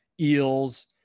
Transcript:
eels